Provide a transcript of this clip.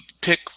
pick